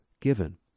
given